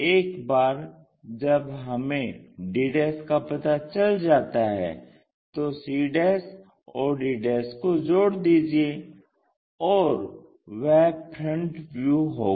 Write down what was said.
एक बार जब हमें d का पता चल जाता है तो c और d को जोड़ दीजिये और वह फ्रंट व्यू होगा